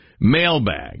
Mailbag